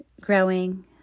growing